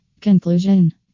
Conclusion